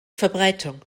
verbreitung